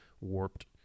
warped